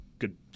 good